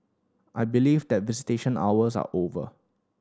I believe that visitation hours are over